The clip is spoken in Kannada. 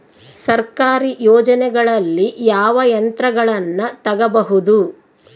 ಸರ್ಕಾರಿ ಯೋಜನೆಗಳಲ್ಲಿ ಯಾವ ಯಂತ್ರಗಳನ್ನ ತಗಬಹುದು?